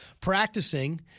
practicing